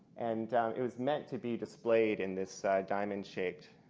and it was meant to be displayed in this diamond-shaped.